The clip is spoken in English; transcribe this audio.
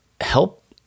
help